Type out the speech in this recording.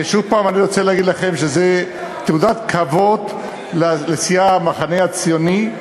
ושוב הפעם אני רוצה להגיד לכם שזו תעודת כבוד לסיעת המחנה הציוני,